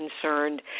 concerned